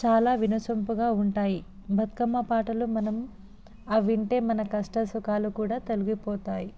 చాలా వినసొంపుగా ఉంటాయి బతుకమ్మ పాటలు మనం అవింటే మన కష్ట సుఖాలు కూడా తొలిగిపోతాయి